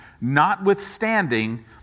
notwithstanding